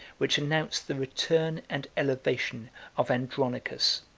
which announced the return and elevation of andronicus.